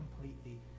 completely